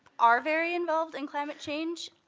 are very involved in climate change